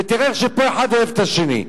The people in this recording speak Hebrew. ותראה איך שפה אחד אוהב את השני.